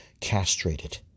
castrated